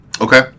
Okay